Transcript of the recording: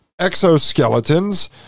exoskeletons